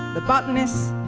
the botanists,